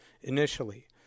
initially